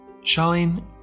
Charlene